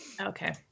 okay